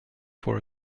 for